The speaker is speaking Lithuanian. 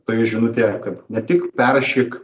tai žinutę kad ne tik perrašyk